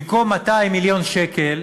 במקום 200 מיליון שקל